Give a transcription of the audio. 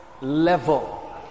level